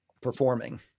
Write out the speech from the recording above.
performing